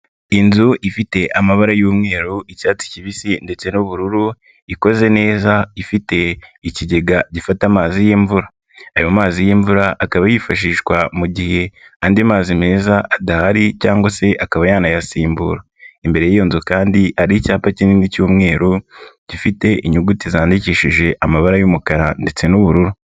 Inzu ifite amabara y'umweru, icyatsi kibisi ndetse n'ubururu, ikoze neza, ifite ikigega gifata amazi y'imvura. Ayo mazi y'imvura akaba yifashishwa mu gihe andi mazi meza adahari, cyangwa se akaba yanayasimbura. Imbere y'iyo nzu kandi hari icyapa kinini cy'umweru, gifite inyuguti zandikishije amabara y'umukara ndetse n'ubururu.